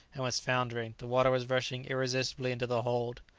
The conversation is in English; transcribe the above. and was foundering the water was rushing irresistibly into the hold.